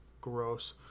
Gross